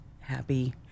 happy